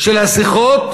של השיחות,